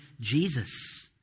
Jesus